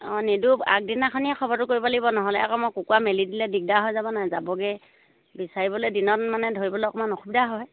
অঁ নিদিও আগদিনাখনিয়ে খবৰটো কৰিব লাগিব নহ'লে আকৌ মই কুকুৰা মেলি দিলে দিগদাৰ হৈ যাব নাই যাবগৈ বিচাৰিবলৈ দিনত মানে ধৰিবলৈ অকণমান অসুবিধা হয়